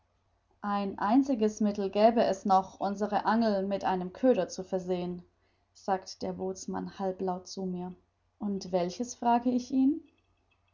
ein einziges mittel gäbe es noch unsere angeln mit einem köder zu versehen sagt der bootsmann halblaut zu mir und welches fragte ich ihn